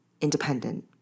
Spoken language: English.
independent